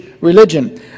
religion